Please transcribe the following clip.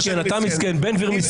סמוטריץ' מסכן, אתה מסכן, בן גביר מסכן.